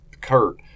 Kurt